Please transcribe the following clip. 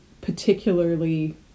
particularly